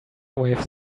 waves